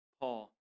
Paul